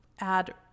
add